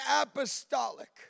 apostolic